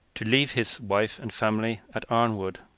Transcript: to leave his wife and family at arnwood,